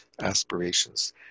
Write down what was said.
aspirations